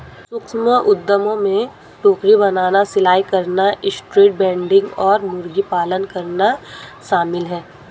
सूक्ष्म उद्यमों में टोकरी बनाना, सिलाई करना, स्ट्रीट वेंडिंग और मुर्गी पालन करना शामिल है